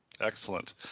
Excellent